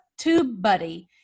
TubeBuddy